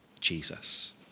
Jesus